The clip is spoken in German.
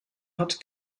hat